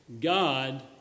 God